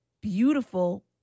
beautiful